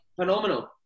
phenomenal